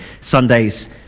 Sundays